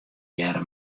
hearre